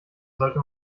sollte